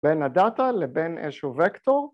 ‫בין הדאטה לבין איזשהו וקטור.